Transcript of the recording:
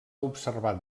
observat